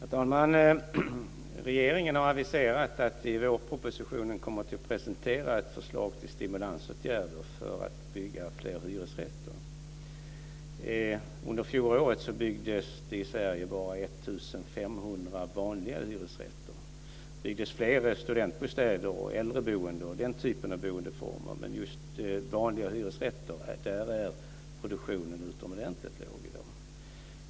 Herr talman! Regeringen har aviserat att man i vårpropositionen kommer att presentera ett förslag till stimulansåtgärder för att det ska byggas fler hyresrätter. Under fjolåret byggdes det bara 1 500 vanliga hyresrätter i Sverige. Det byggdes fler studentbostäder, äldreboenden och den typen av boendeformer, men produktionen av vanliga hyresrätter är utomordentligt låg i dag.